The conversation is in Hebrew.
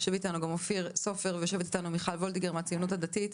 יושבים אתנו גם אופיר סופר ומיכל וולדיגר מהציונות הדתית.